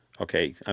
Okay